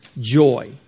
joy